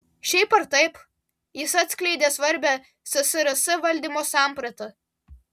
šiaip ar taip jis atskleidė svarbią ssrs valdymo sampratą